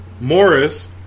Morris